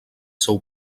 seu